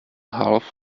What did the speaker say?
half